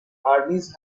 armies